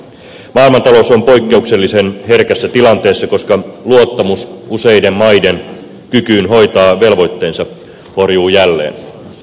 maailmantalous on poikkeuksellisen herkässä tilanteessa koska luottamus useiden maiden kykyyn hoitaa velvoitteensa horjuu jälleen